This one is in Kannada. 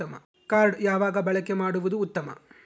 ಕಾರ್ಡ್ ಯಾವಾಗ ಬಳಕೆ ಮಾಡುವುದು ಉತ್ತಮ?